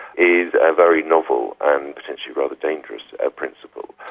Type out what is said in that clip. is a very novel and potentially rather dangerous ah principle.